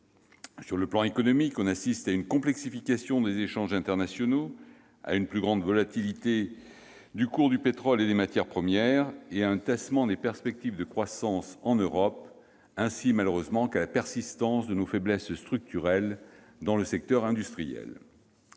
Sur le plan économique, on assiste à une complexification des échanges internationaux, à une plus grande volatilité des cours du pétrole et des matières premières, à un tassement des perspectives de croissance en Europe ainsi qu'à la persistance de nos faiblesses structurelles dans le secteur industriel.